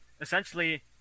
essentially –